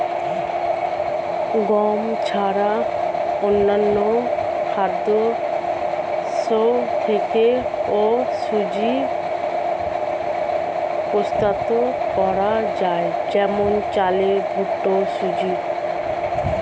গম ছাড়া অন্যান্য খাদ্যশস্য থেকেও সুজি প্রস্তুত করা যায় যেমন চালের ভুট্টার সুজি